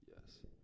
yes